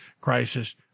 crisis